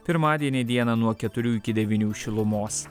pirmadienį dieną nuo keturių iki devynių šilumos